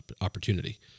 opportunity